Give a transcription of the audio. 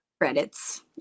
credits